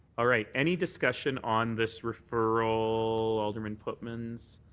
all right. any discussion on this referral, alderman pootmans?